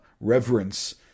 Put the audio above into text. reverence